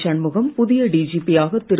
ஷண்முகம் புதிய டிஜிபி யாக திரு